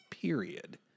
Period